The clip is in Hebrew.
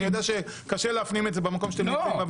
אני יודע שקשה להפנים את זה במקום שאתם נמצאים.